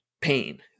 pain